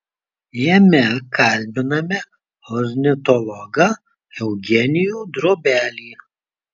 jame kalbiname ornitologą eugenijų drobelį